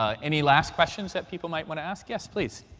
ah any last questions that people might want to ask? yes, please.